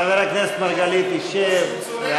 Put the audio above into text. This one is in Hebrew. חבר הכנסת מרגלית ישב, הוא,